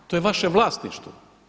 To je vaše vlasništvo.